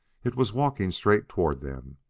it was walking straight toward them,